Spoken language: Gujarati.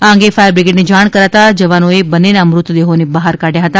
આ અંગે ફાયરબ્રિગેડને જાણ કરાતા જવાનોએ બંનેના મૃતદેહો બહાર કાઢ્યા હતા